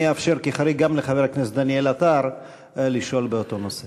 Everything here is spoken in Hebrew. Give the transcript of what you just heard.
אני אאפשר כחריג גם לחבר הכנסת דניאל עטר לשאול באותו נושא.